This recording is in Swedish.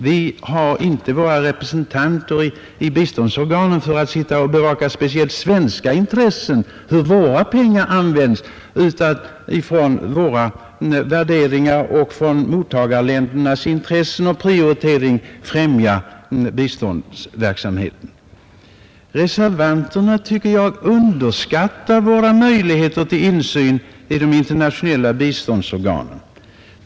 Vi har inte våra representanter i biståndsorganen för att de skall sitta och bevaka speciellt svenska intressen, se hur våra pengar används, utan för att de utifrån våra värderingar och mottagarländernas intressen och prioritering skall främja biståndsverksamheten. Jag tycker att reservanterna underskattar våra möjligheter till insyn i de internationella biståndsorganen.